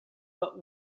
but